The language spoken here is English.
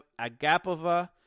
Agapova